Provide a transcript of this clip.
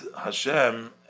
Hashem